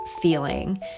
feeling